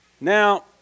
Now